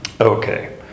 Okay